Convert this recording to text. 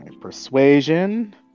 Persuasion